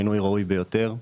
מינוי ראוי ביותר.